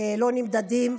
לא נמדדים,